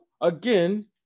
again –